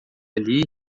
ali